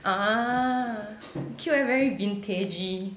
ah cute leh very vintagey